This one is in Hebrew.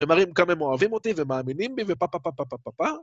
ומראים כמה הם אוהבים אותי ומאמינים בי ופהפהפהפהפה.